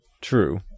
true